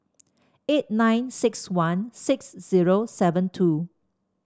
eight nine six one six zero seven two